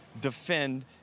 defend